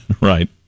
right